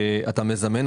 אתה מזמן.